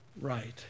right